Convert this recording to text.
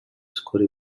вскоре